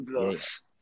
Yes